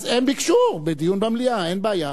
אז הם ביקשו בדיון במליאה, אין בעיה.